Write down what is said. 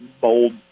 bold